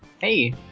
Hey